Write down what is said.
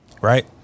Right